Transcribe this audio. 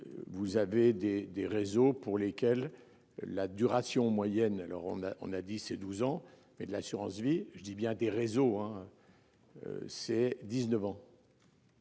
Vous avez des, des réseaux pour lesquels la duration moyenne. Alors on a, on a dit et 12 ans et de l'assurance vie, je dis bien des réseaux hein. C'est 19 ans.